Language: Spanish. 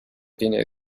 tiene